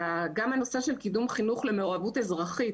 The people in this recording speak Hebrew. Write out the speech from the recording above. גם הנושא של קידום חינוך למעורבות אזרחית